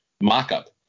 mock-up